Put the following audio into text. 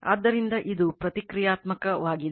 ಆದ್ದರಿಂದ ಇದು ಪ್ರತಿಕ್ರಿಯಾತ್ಮಕವಾಗಿದೆ